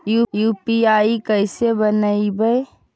UPI कैसे बनइबै?